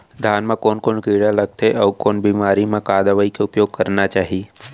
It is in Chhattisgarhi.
धान म कोन कोन कीड़ा लगथे अऊ कोन बेमारी म का दवई के उपयोग करना चाही?